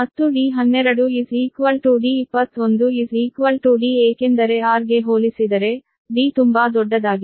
ಮತ್ತು d12 d21 D ಏಕೆಂದರೆ r ಗೆ ಹೋಲಿಸಿದರೆ d ತುಂಬಾ ದೊಡ್ಡದಾಗಿದೆ